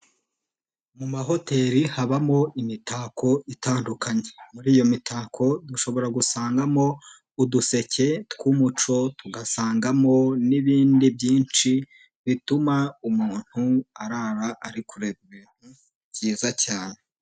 Mu mahoteli habamo imitako itandukanye, muri iyo mitako dushobora gusangamo uduseke twumuco, tugasangamo n'ibindi byinshi bituma umuntu arara ari kureba ibintu byiza cyane.